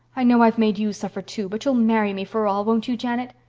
i know i've made you suffer, too, but you'll marry me for all, won't you, janet?